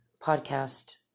podcast